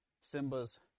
Simba's